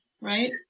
right